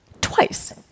twice